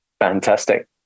fantastic